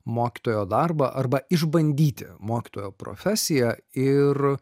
mokytojo darbą arba išbandyti mokytojo profesiją ir